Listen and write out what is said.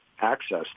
access